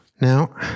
now